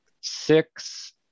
six